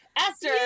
esther